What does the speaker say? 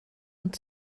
und